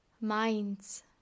minds